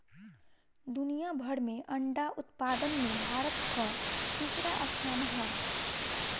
दुनिया भर में अंडा उत्पादन में भारत कअ तीसरा स्थान हअ